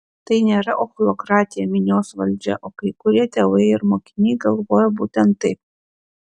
tai nėra ochlokratija minios valdžia o kai kurie tėvai ir mokiniai galvoja būtent taip